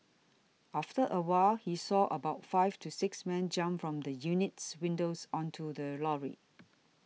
after a while he saw about five to six men jump from the unit's windows onto the lorry